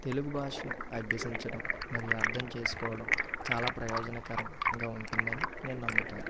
తెలుగు భాషను అభ్యసించడం మరియు అర్థంచేసుకోవడం చాలా ప్రయోజనకరంగా ఉంటుందని నేను నమ్ముతాను